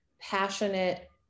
passionate